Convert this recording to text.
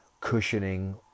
cushioning